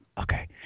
Okay